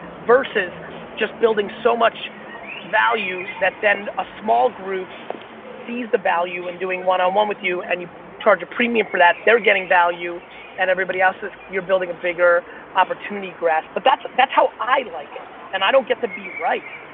versus just building so much value that then a small group sees the value in doing one-on-one um um with you and you charge a premium for that, they're getting value and everybody else is. you're building a bigger opportunity grasp but that's that's how i like it. and i don't get to be right.